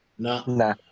No